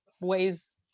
ways